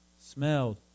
smelled